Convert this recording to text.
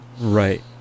right